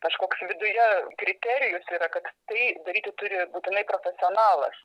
kažkoks viduje kriterijus yra kad tai daryti turi būtinai profesionalas